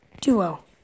duo